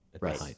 right